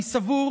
אני סבור